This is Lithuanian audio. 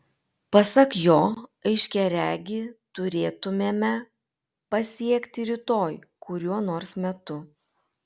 pasak jo aiškiaregį turėtumėme pasiekti rytoj kuriuo nors metu